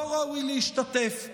לא ראוי להשתתף.